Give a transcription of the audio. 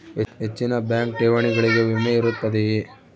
ಹೆಚ್ಚಿನ ಬ್ಯಾಂಕ್ ಠೇವಣಿಗಳಿಗೆ ವಿಮೆ ಇರುತ್ತದೆಯೆ?